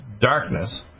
darkness